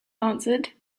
answered